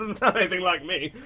and sound anything like me.